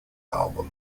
album